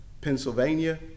Pennsylvania